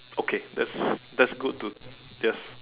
okay that's that's good to just